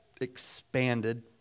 expanded